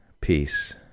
Peace